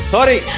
Sorry